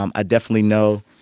um i definitely know